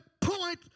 point